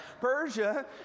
Persia